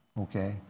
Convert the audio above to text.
okay